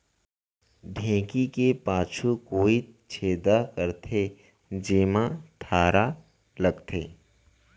ढेंकी के पाछू कोइत छेदा करथे, जेमा थरा लगथे